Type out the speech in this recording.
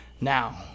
now